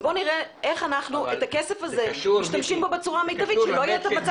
ובואו נראה איך אנחנו משתמשים בכסף הזה בצורה מיטבית כדי שלא יהיה המצב